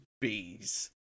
bees